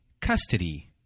custody